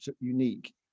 unique